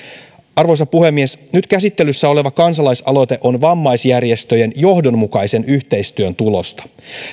arvoisa puhemies nyt käsittelyssä oleva kansalaisaloite on vammaisjärjestöjen johdonmukaisen yhteistyön tulosta